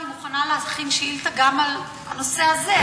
אני מוכנה להכין שאילתה גם על הנושא הזה.